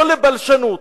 לא לבלשנות.